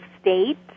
state